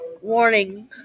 Warning